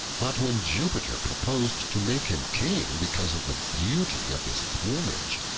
but when jupiter proposed to make him king because of the beauty of his plumage,